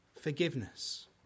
forgiveness